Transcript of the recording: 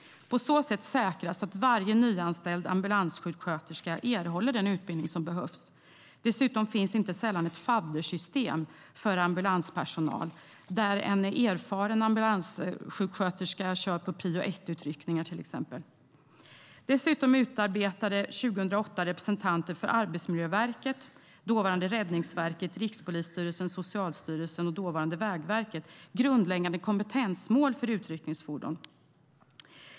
På så sätt säkras att varje nyanställd ambulanssjuksköterska erhåller den utbildning som behövs. Dessutom finns inte sällan ett faddersystem för ambulanspersonal där en erfaren ambulanssjuksköterska till exempel kör på prio 1-utryckningar. År 2008 utarbetade representanter för Arbetsmiljöverket, dåvarande Räddningsverket, Rikspolisstyrelsen, Socialstyrelsen och dåvarande Vägverket grundläggande kompetensmål för utryckningsfordon.